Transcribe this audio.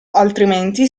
altrimenti